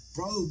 Bro